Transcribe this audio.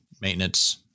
maintenance